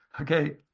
Okay